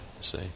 see